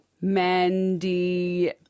Mandy